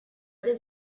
does